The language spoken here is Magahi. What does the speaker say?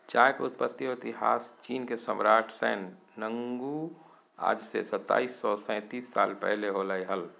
चाय के उत्पत्ति और इतिहासचीनके सम्राटशैन नुंगआज से सताइस सौ सेतीस साल पहले होलय हल